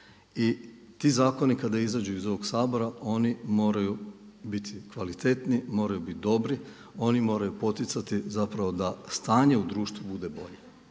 i ti zakoni kada izađu iz ovog Sabora oni moraju biti kvalitetni, moraju biti dobri. Oni moraju poticati zapravo da stanje u društvu bude bolje,